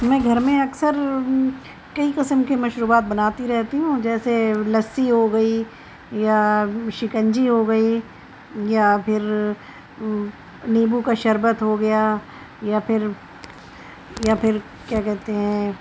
میں گھر میں اکثر کئی قسم کی مشروبات بناتی رہتی ہوں جیسے لسی ہو گئی یا شکنجی ہو گئی یا پھر نیمبو کا شربت ہو گیا یا پھر یا پھر کیا کہتے ہیں